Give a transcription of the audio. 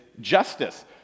justice